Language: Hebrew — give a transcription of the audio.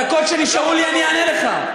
בדקות שנשארו לי אני אענה לך.